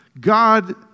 God